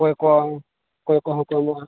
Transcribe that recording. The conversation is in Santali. ᱠᱚᱭ ᱠᱚ ᱠᱚᱭ ᱠᱚ ᱦᱚᱸ ᱠᱚ ᱮᱢᱚᱜᱼᱟ